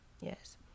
Yes